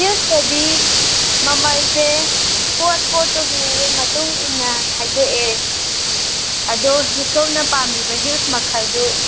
ꯍꯤꯜꯁꯇꯗꯤ ꯃꯃꯜꯁꯦ ꯄꯣꯠ ꯄꯣꯠꯇꯨꯒꯤ ꯃꯇꯨꯡꯏꯟꯅ ꯈꯥꯏꯗꯣꯛꯑꯦ ꯑꯗꯣ ꯁꯣꯝꯅ ꯄꯥꯝꯕꯤꯕ ꯍꯤꯜꯁ ꯃꯈꯜꯗꯨ